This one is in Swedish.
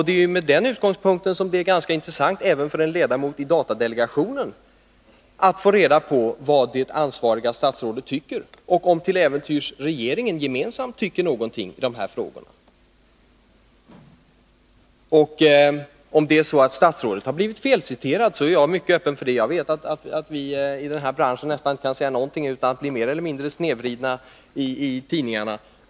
Det är med den utgångspunkten som det är ganska intressant även för en ledamot i datadelegationen att få reda på vad det ansvariga statsrådet tycker och om regeringen till äventyrs gemensamt tycker någonting i dessa frågor. Om det är så att statsrådet har blivit felciterad, så är jag mycket öppen för det. Jag vet att vi i denna bransch nästan inte kan säga någonting utan att det blir mer eller mindre snedvridet i tidningarna.